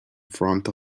front